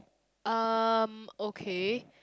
um okay